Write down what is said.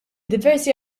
diversi